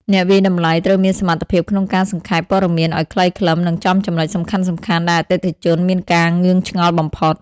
អ្នកវាយតម្លៃត្រូវមានសមត្ថភាពក្នុងការសង្ខេបព័ត៌មានឱ្យខ្លីខ្លឹម និងចំចំណុចសំខាន់ៗដែលអតិថិជនមានការងឿងឆ្ងល់បំផុត។